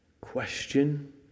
question